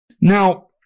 Now